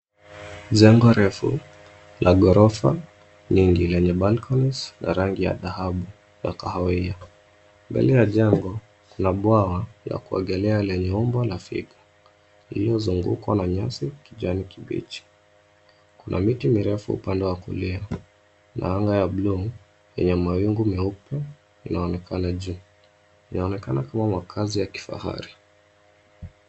Jengo refu la gorofa nyingi lenye balconies la rangi ya dhahabu la kahawia. Mbele la jengo kuna bwawa la kuogelea lenye umbo la fig iliyozungukwa na nyasi ya kijani kibichi. Kuna miti mirefu upande wa kulia na anga ya bluu, yenye mawingu meupe inaonekana juu. Inaonekana kuwa makazi ya kifahari.